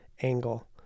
angle